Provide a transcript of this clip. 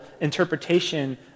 interpretation